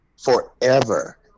forever